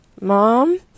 Mom